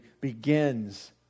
begins